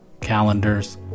calendars